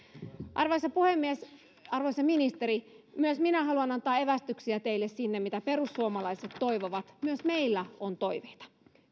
arvoisa puhemies arvoisa ministeri myös minä haluan antaa evästyksiä teille sinne mitä perussuomalaiset toivovat myös meillä on toiveita